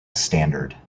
standard